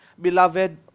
Beloved